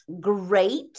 great